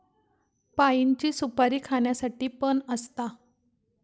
पाइनची सुपारी खाण्यासाठी पण असता